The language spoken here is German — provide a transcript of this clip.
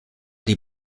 die